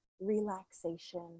relaxation